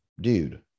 dude